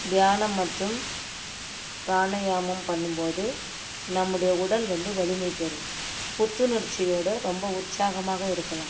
தியானம் மற்றும் ப்ராணயாமம் பண்ணும்போது நம்முடைய உடல் வந்து வலிமை பெறும் புத்துணர்ச்சியோடு ரொம்ப உற்சாகமாக இருக்கலாம்